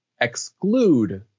exclude